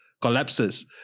collapses